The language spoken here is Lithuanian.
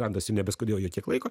randas jau nebeskaudėjo jau kiek laiko